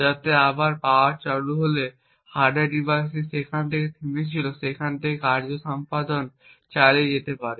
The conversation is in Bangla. যাতে আবার পাওয়ার চালু হলে হার্ডওয়্যার ডিভাইসটি যেখান থেকে থেমেছিল সেখান থেকে কার্য সম্পাদন করা চালিয়ে যেতে পারে